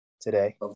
today